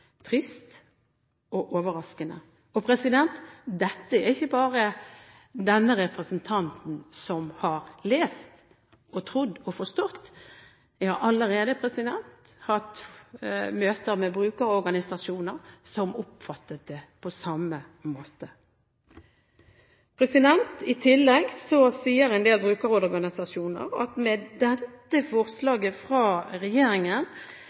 trist og overraskende. Dette er det ikke bare denne representanten som har lest, trodd og forstått. Jeg har allerede hatt møter med brukerorganisasjoner som har oppfattet det på samme måte. I tillegg sier en del brukerorganisasjoner at med dette forslaget fra regjeringen